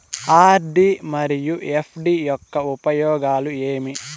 RD మరియు FD యొక్క ఉపయోగాలు ఏమి?